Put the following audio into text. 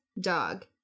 dog